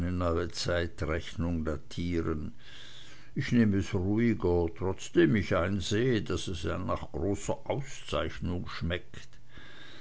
zeitrechnung datieren ich nehm es ruhiger trotzdem ich einsehe daß es nach großer auszeichnung schmeckt